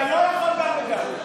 אתה לא יכול גם וגם.